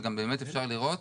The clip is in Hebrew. ובאמת אפשר לראות